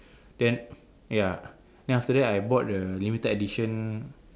then ya then after that I bought the limited edition